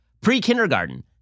pre-kindergarten